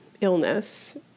illness